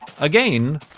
again